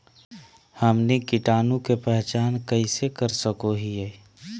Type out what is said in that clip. हमनी कीटाणु के पहचान कइसे कर सको हीयइ?